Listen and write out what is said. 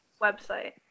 website